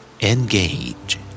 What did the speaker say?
Engage